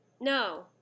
No